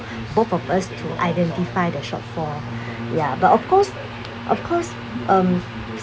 both of us to identify the short fall ya but of course of course um